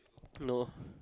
no